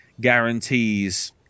guarantees